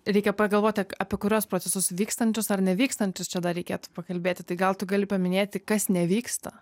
reikia pagalvoti apie kuriuos procesus vykstančius ar nevykstančius čia dar reikėtų pakalbėti tai gal tu gali paminėti kas nevyksta